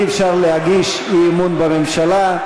אי-אפשר להגיש אי-אמון בממשלה,